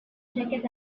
jacket